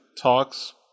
talks